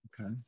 Okay